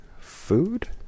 food